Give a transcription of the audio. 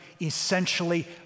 essentially